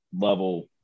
level